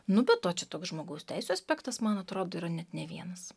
nu be to čia toks žmogaus teisių aspektas man atrodo yra net ne vienas